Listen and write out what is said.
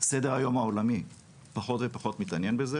סדר-היום העולמי פחות ופחות מתעניין בזה